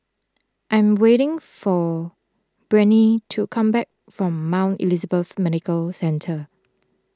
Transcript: I am waiting for Brittnee to come back from Mount Elizabeth Medical Centre